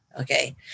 okay